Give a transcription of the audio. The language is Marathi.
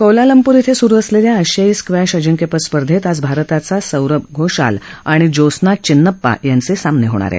क्वालालंपूर ड्रि सुरु असलेल्या आशियाई स्क्वॅश अजिंक्यपद स्पर्धेत आज भारताचा सौरव घोषाल आणि ज्योत्स्ना चिन्नप्पा यांचे सामने होणार आहेत